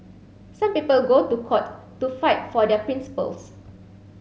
some people go to court to fight for their principles